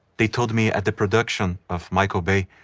they told me at the production of michael bay,